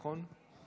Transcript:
נכון?